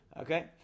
Okay